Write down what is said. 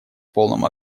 полном